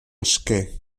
esquer